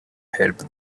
help